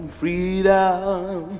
freedom